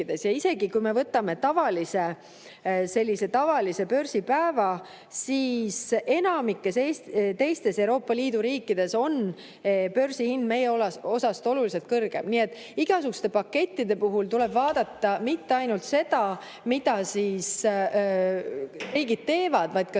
Isegi kui me võtame tavalise börsipäeva, siis enamikus teistes Euroopa Liidu riikides on börsihind meie omast oluliselt kõrgem. Nii et igasuguste pakettide puhul tuleb vaadata mitte ainult seda, mida riigid teevad, vaid ka